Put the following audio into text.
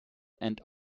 and